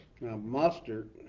Mustard